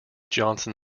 johnson